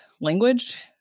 language